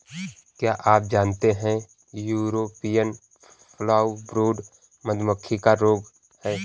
क्या आप जानते है यूरोपियन फॉलब्रूड मधुमक्खी का रोग है?